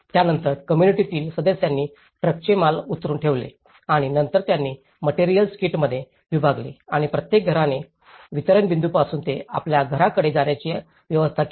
त्यानंतर कोम्मुनिटीतील सदस्यांनी ट्रकचे माल उतरुन ठेवले आणि नंतर त्यांनी मटेरिअल्स किटमध्ये विभागले आणि प्रत्येक घराने वितरण बिंदूपासून ते त्यांच्या घराकडे जाण्याची व्यवस्था केली